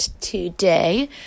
today